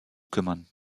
kümmern